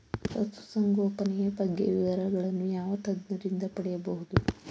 ಪಶುಸಂಗೋಪನೆಯ ಬಗ್ಗೆ ವಿವರಗಳನ್ನು ಯಾವ ತಜ್ಞರಿಂದ ಪಡೆಯಬಹುದು?